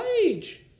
age